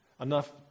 Enough